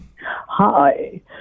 Hi